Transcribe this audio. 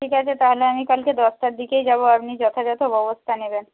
ঠিক আছে তাহলে আমি কালকে দশটার দিকেই যাব আপনি যথাযথ ব্যবস্থা নেবেন